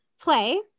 play